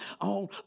on